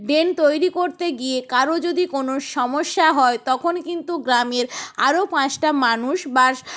drain তৈরি করতে গিয়ে কারও যদি কোনও সমস্যা হয় তখন কিন্তু গ্রামের আরও পাঁচটা মানুষ বা